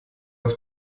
auf